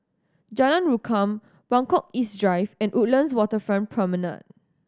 Jalan Rukam Buangkok East Drive and Woodlands Waterfront Promenade